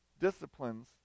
disciplines